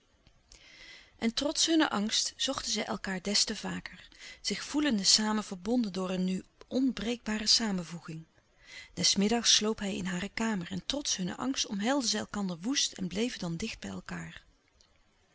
en trots hunnen angst zochten zij elkaâr des te vaker zich voelende samen verbonden door een nu onbreekbare samenvoeging des middags sloop hij in hare kamer en trots hunnen angst omhelsden zij elkander woest en bleven dan dicht bij elkaâr